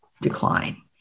decline